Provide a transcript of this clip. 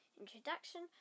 introduction